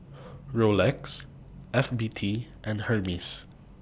Rolex FBT and Hermes